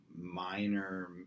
minor